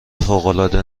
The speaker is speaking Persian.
فوقالعاده